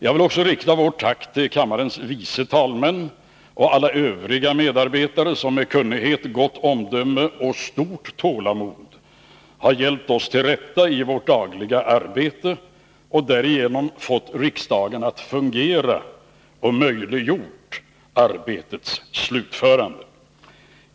Jag vill också rikta vårt tack till kammarens vice talmän och alla övriga medarbetare, som med kunnighet, gott omdöme och stort tålamod hjälpt oss till rätta i vårt dagliga arbete och därigenom fått riksdagen att fungera och möjliggjort arbetets slutförande.